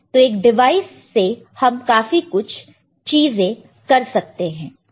तो एक डिवाइस से हम काफी कुछ चीजें कर सकते हैं